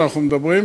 אנחנו מדברים,